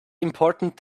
important